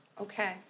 Okay